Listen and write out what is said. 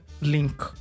link